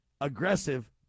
aggressive